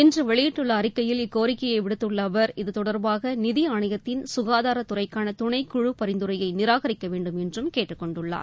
இன்று வெளியிட்டுள்ள அறிக்கையில் இக்கோரிக்கையை விடுத்துள்ள அவர் இதுதொடர்பாக நிதி ஆணையத்தின் சுனதாரத் துறைக்கான துணை குழு பரிந்துரையை நிராகரிக்க வேண்டும் என்றம் கேட்டுக் கொண்டுள்ளார்